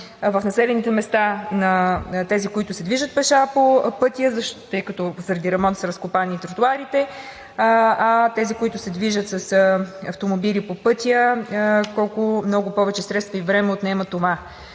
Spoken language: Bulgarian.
в населените места на тези, които се движат пеша по пътя, тъй като заради ремонта са разкопани и тротоарите, а на онези, които се движат с автомобили по пътя, колко много повече средства и време отнема това.